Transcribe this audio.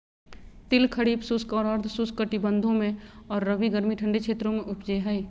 तिल खरीफ शुष्क और अर्ध शुष्क कटिबंधों में और रबी गर्मी ठंडे क्षेत्रों में उपजै हइ